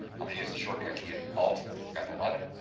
i'm going to use the shortcut key of alt f one